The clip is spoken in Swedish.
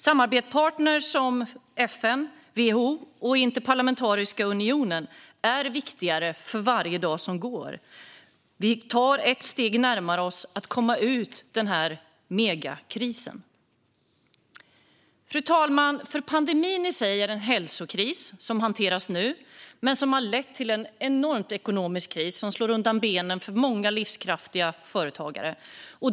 Samarbetspartner som FN, WHO och Interparlamentariska unionen är viktigare för varje dag som går. Vi tar ett steg närmare för att komma ut ur denna megakris. Fru talman! Pandemin i sig är en hälsokris som hanteras nu. Men den har lett till en enorm ekonomisk kris som slår undan benen för många livskraftiga företag.